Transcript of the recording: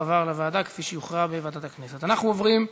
להעביר את הנושא לוועדה שתקבע ועדת הכנסת נתקבלה.